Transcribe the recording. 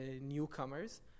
newcomers